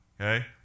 okay